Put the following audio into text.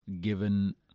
given